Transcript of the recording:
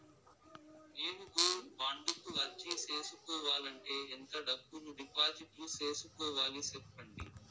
నేను gold bond కు అర్జీ సేసుకోవాలంటే ఎంత డబ్బును డిపాజిట్లు సేసుకోవాలి సెప్పండి